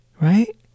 right